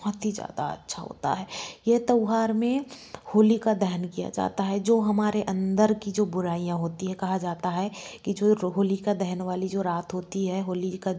बहुत ही ज़्यादा अच्छा होता है ये त्यौहार में होलिका दहन किया जाता है जो हमारे अंदर की जो बुराइयां होती है कहा जाता है कि जो होली का दहन वाली जो रात होती है होली का